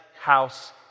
house